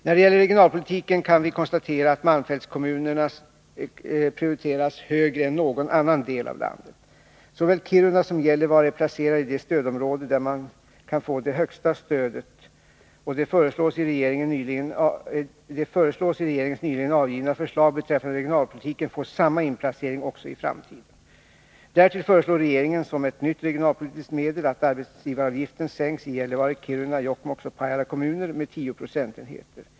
När det gäller regionalpolitiken kan vi konstatera att malmfältskommunerna prioriterats högre än någon annan del av landet. Såväl Kiruna som Gällivare är placerade i det stödområde där man kan få det högsta stödet, och de föreslås i regeringens nyligen avgivna förslag beträffande regionalpolitiken få samma inplacering också i framtiden. Därtill föreslår regeringen, som ett nytt regionalpolitiskt medel, att arbetsgivaravgiften sänks i Gällivare, Kiruna, Jokkmokks och Pajala kommuner med tio procentenheter.